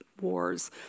wars